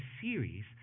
series